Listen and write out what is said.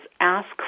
ask